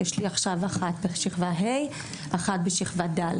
יש לי עכשיו אחת בשכבה ה' ואחת בשכבה ד',